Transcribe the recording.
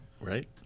Right